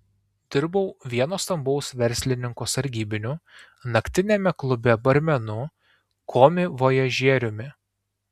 dirbau vieno stambaus verslininko sargybiniu naktiniame klube barmenu komivojažieriumi